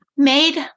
Made